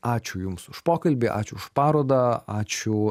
ačiū jums už pokalbį ačiū už parodą ačiū